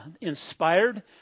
inspired